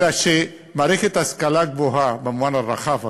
אלא שמערכת ההשכלה הגבוהה, במובן הרחב עכשיו,